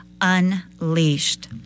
unleashed